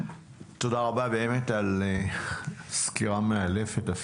תודה רבה על סקירה מאלפת.